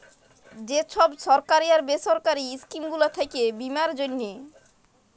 যে ছব সরকারি আর বেসরকারি ইস্কিম গুলা থ্যাকে বীমার জ্যনহে